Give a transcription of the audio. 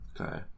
Okay